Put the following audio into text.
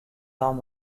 dan